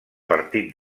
partit